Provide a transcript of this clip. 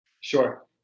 Sure